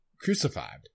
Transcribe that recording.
crucified